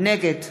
נגד